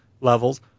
levels